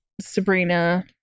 Sabrina